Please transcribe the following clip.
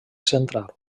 central